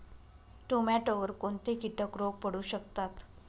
टोमॅटोवर कोणते किटक रोग पडू शकतात?